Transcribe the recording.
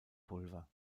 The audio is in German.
pulver